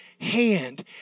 hand